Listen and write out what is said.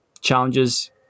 challenges